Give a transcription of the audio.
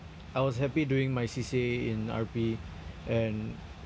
I was happy doing my C_C_A in R_P and